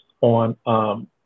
on